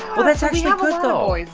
well that's actually good though.